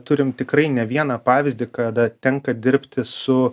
turim tikrai ne vieną pavyzdį kada tenka dirbti su